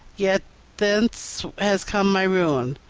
yet thence has come my ruin.